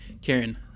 Karen